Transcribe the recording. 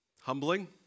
Humbling